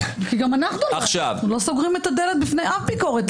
אנחנו לא סוגרים את הדלת בפני אף ביקורת.